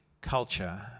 culture